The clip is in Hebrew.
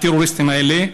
הטרוריסטים האלה.